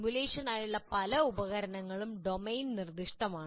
സിമുലേഷനായുള്ള പല ഉപകരണങ്ങളും ഡൊമെയ്ൻ നിർദ്ദിഷ്ടമാണ്